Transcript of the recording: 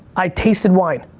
i tasted wine.